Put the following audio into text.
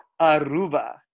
Aruba